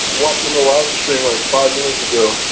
watching the live stream like five minutes ago.